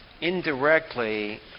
indirectly